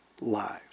lives